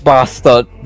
Bastard